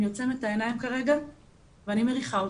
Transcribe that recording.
אני עוצמת את העיניים כרגע ואני מריחה אותו.